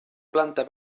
planta